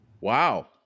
Wow